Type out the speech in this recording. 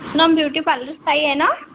Poonam beauty पार्लरचं ताई आहे ना